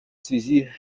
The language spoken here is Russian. связи